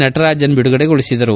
ನಟರಾಜನ್ ಬಿಡುಗಡೆಗೊಳಿಸಿದರು